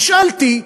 נשאלתי,